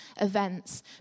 events